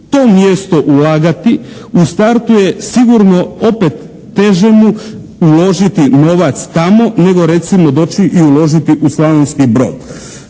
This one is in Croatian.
to mjesto ulagati u startu je sigurno opet teže mu uložiti novac tamo nego recimo doći i uložiti u Slavonski Brod.